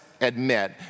admit